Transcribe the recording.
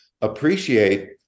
appreciate